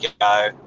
go